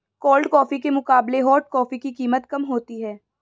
cold coffee के मुकाबले hot coffee की कीमत कम होती है